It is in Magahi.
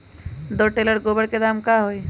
दो टेलर गोबर के दाम का होई?